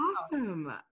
awesome